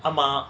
ஆமா:aama